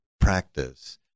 practice